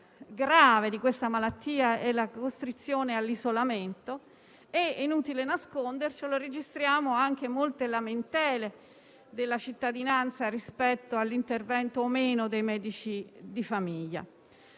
grave di questa malattia è la costrizione all'isolamento - ed è inutile nasconderci che lo registriamo anche in molte lamentele della cittadinanza rispetto all'intervento o meno dei medici di famiglia.